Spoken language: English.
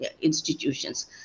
institutions